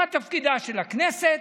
מה תפקידה של הכנסת